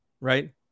right